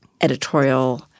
editorial